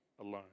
alone